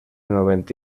noventa